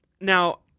now